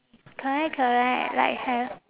correct correct like have